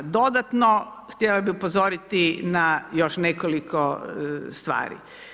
Dodatno, htjela bi upozoriti na još nekoliko stvari.